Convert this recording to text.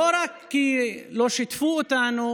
לא רק כי לא שיתפו אותנו